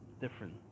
different